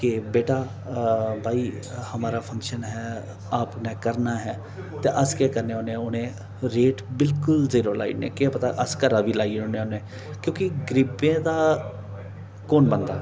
केह् बेटा भाई हमारा फंक्शन है आपने करना है ते अस केह् करने होन्ने रेट बिल्कुल जीरो लाई ओड़नै केह् पता अस घरा बी लाई ओड़ने होन्ने क्योंकि गरीबें दा कु'न बनदा